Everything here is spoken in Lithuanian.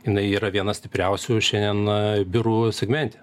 jinai yra viena stipriausių šiandien biurų segmente